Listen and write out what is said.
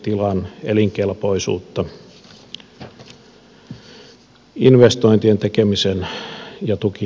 tilan elinkelpoisuutta investointien tekemisen ja tukien kannalta